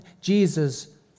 Jesus